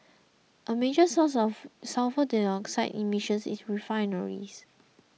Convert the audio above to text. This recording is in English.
a major source of sulphur dioxide emissions is refineries